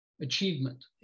achievement